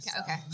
Okay